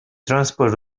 transport